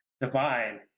divine